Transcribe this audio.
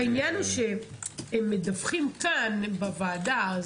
העניין הוא שהם מדווחים כאן בוועדה.